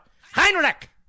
Heinrich